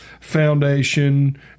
foundation